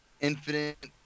infinite